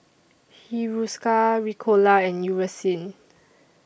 Hiruscar Ricola and Eucerin